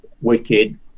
wicked